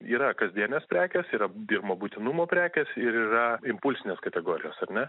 yra kasdienės prekės yra pirmo būtinumo prekės ir yra impulsinės kategorijos ar ne